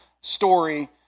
story